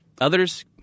others